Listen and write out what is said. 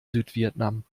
südvietnam